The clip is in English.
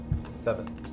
Seven